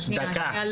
שנייה,